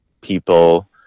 people